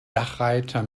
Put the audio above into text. dachreiter